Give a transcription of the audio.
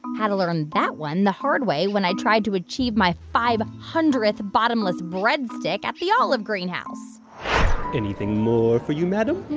had to learn that one the hard way when i tried to achieve my five hundredth bottomless breadstick at the olive greenhouse anything more for you, madam?